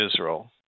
Israel